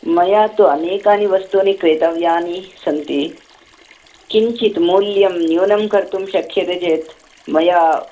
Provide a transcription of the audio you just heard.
मया तु अनेकानि वस्तूनि क्रेतव्यानि सन्ति किञ्चित् मूल्यं न्यूनं कर्तुं शक्यते चेत् मया